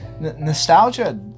Nostalgia